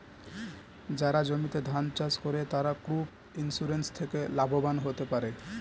যারা জমিতে ধান চাষ করে তারা ক্রপ ইন্সুরেন্স থেকে লাভবান হতে পারে